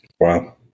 Wow